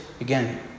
again